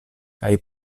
kaj